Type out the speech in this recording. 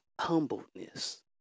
humbleness